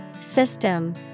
System